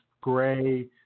gray